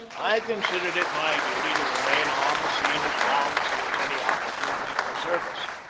i considered it my duty to remain on the scene as long as there was any oppor tunity for service.